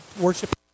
worship